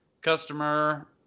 customer